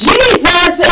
Jesus